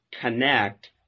connect